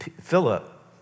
Philip